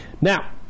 Now